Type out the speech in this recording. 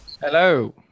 Hello